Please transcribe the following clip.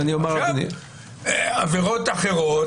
גם עבירות אחרות,